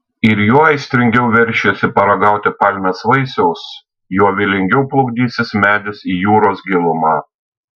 ir juo aistringiau veršiesi paragauti palmės vaisiaus juo vylingiau plukdysis medis į jūros gilumą